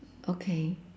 okay